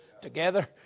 together